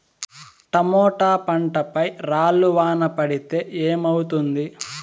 Tomato పంట పై రాళ్లు వాన పడితే ఏమవుతుంది?